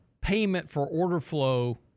payment-for-order-flow